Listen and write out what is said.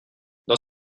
dans